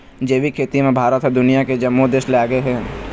जैविक खेती म भारत ह दुनिया के जम्मो देस ले आगे हे